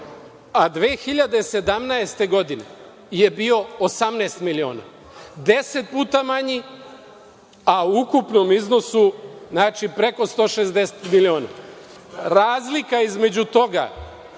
a 2017. godine je bio 18 miliona. Deset puta manji, a u ukupnom iznosu preko 160 miliona. Razlika između toga